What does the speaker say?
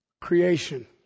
Creation